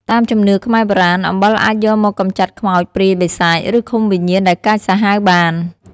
តាមជំនឿខ្មែរបុរាណ អំបិលអាចយកមកកម្ចាត់ខ្មោច ព្រាយ បិសាច ឬឃុំវិញ្ញាណដែលកាចសាហាវបាន។